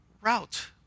route